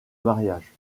mariage